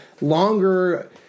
longer